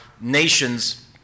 nations